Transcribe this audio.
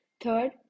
Third